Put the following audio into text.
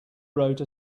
wrote